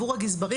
עבור הגזברים,